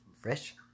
fresh